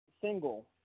single